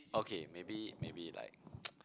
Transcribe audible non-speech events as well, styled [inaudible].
okay maybe maybe like [noise]